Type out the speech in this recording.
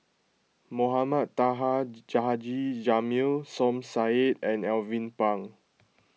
Mohamed Taha Ja Haji Jamil Som Said and Alvin Pang